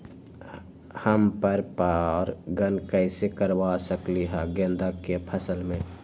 हम पर पारगन कैसे करवा सकली ह गेंदा के फसल में?